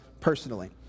personally